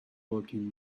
working